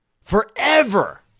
forever